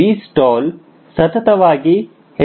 Vstall ಸತತವಾಗಿ ಹೆಚ್ಚಿಗೆಯಾಗುತ್ತಾ ಹೋಗುತ್ತದೆ